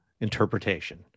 interpretation